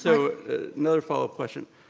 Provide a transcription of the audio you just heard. so another follow up question.